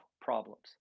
problems